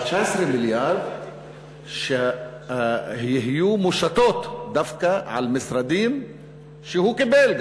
אבל 19 מיליארד שיהיו מושתים דווקא על משרדים שהוא קיבל,